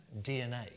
DNA